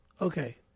Okay